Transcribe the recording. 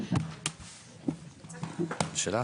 מי נמנע?